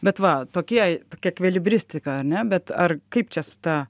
bet va tokie tokia ekvilibristika ne bet ar kaip čia su ta